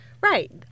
Right